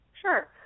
Sure